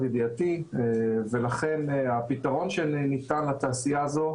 ידיעתי ולכן הפתרון שניתן לתעשייה הזאת,